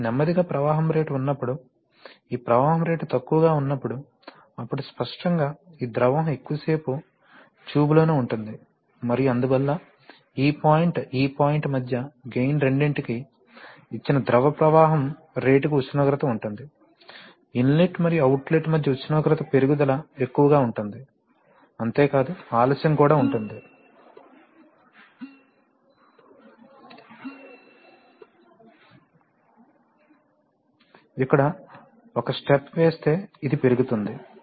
కాబట్టి నెమ్మదిగా ప్రవాహం రేటు ఉన్నప్పుడు ఈ ప్రవాహం రేటు తక్కువగా ఉన్నప్పుడు అప్పుడు స్పష్టంగా ఈ ద్రవం ఎక్కువసేపు ట్యూబ్లోనే ఉంటుంది మరియు అందువల్ల ఈ పాయింట్ ఈ పాయింట్ మధ్య గెయిన్ రెండింటికీ ఇచ్చిన ద్రవ ప్రవాహం రేటుకు ఉష్ణోగ్రత ఉంటుంది ఇన్లెట్ మరియు అవుట్లెట్ మధ్య ఉష్ణోగ్రత పెరుగుదల ఎక్కువగా ఉంటుంది అంతే కాదు ఆలస్యం కూడా ఉంటుంది ఇక్కడ ఒక స్టెప్ వేస్తే ఇది పెరుగుతుంది